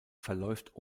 verläuft